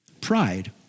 Pride